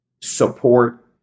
support